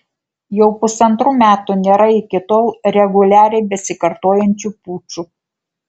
jau pusantrų metų nėra iki tol reguliariai besikartojančių pučų